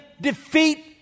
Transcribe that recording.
defeat